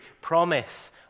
promise